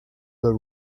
the